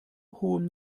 hohem